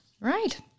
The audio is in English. Right